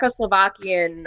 Czechoslovakian